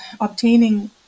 obtaining